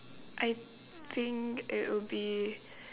I think it would be